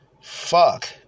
Fuck